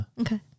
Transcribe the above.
Okay